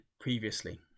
previously